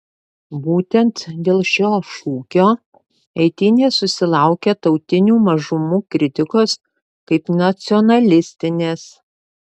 būtent dėl šio šūkio eitynės susilaukia tautinių mažumų kritikos kaip nacionalistinės